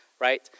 right